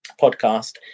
podcast